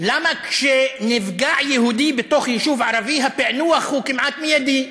למה כשנפגע יהודי בתוך יישוב ערבי הפענוח הוא כמעט מיידי?